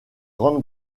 grande